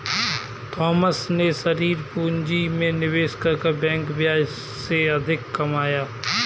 Thomas ने share पूंजी में निवेश करके बैंक ब्याज से अधिक कमाया